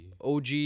OG